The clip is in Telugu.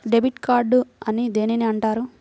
డెబిట్ కార్డు అని దేనిని అంటారు?